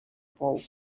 pou